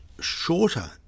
shorter